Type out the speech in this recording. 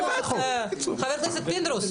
חבר הכנסת פינדרוס,